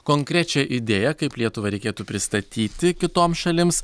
konkrečią idėją kaip lietuvą reikėtų pristatyti kitoms šalims